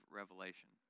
revelation